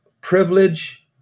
privilege